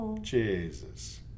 Jesus